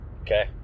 Okay